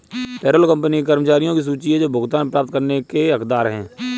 payroll company के कर्मचारियों की सूची है जो भुगतान प्राप्त करने के हकदार हैं